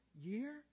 year